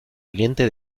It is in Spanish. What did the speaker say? cliente